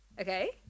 Okay